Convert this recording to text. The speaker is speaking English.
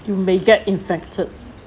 you may get infected